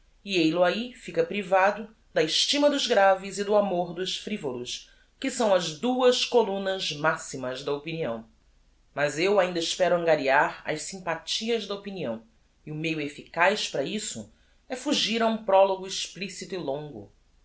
eil-o ahi fica privado da estima dos graves e do amor dos frivolos que são as duas columnas maximas da opinião mas eu ainda espero angariar as sympatias da opinião e o meio efficaz para isso é fugir a um prologo explicito e longo